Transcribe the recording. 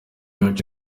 yacu